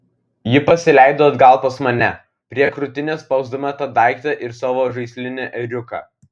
ji pasileido atgal pas mane prie krūtinės spausdama tą daiktą ir savo žaislinį ėriuką